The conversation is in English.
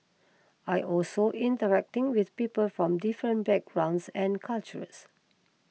I also interacting with people from different backgrounds and cultures